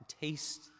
taste